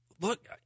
look –